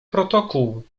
protokół